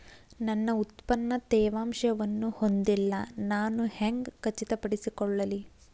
ನನ್ನ ಉತ್ಪನ್ನ ತೇವಾಂಶವನ್ನು ಹೊಂದಿಲ್ಲಾ ನಾನು ಹೆಂಗ್ ಖಚಿತಪಡಿಸಿಕೊಳ್ಳಲಿ?